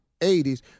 80s